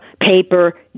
paper